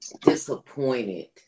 disappointed